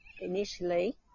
initially